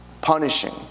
punishing